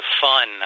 fun